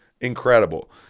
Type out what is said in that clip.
Incredible